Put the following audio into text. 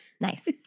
Nice